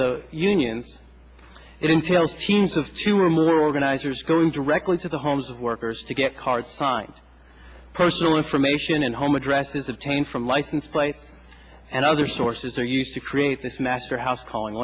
the unions it entails teams of two remove the organizers going directly to the homes of workers to get cards signed personal information and home addresses of pain from license plates and other sources are used to create this master house calling